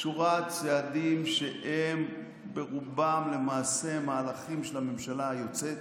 שורת צעדים שהם ברובם למעשה מהלכים של הממשלה היוצאת,